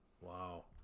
Wow